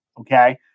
Okay